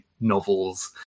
novels